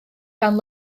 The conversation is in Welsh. gan